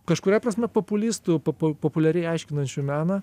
kažkuria prasme populistu papu populiariai aiškinančiu meną